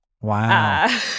Wow